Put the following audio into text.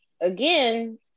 again